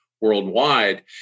worldwide